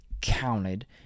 counted